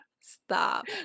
stop